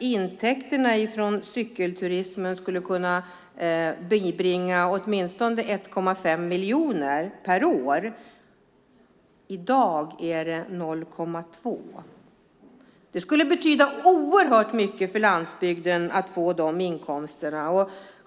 intäkterna från cykelturismen på 20 års sikt skulle kunna inbringa åtminstone 1,5 miljoner per år. I dag är det 0,2 miljoner. Det skulle betyda oerhört mycket för landsbygden att få de inkomsterna.